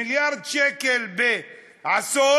מיליארד שקל בעשור,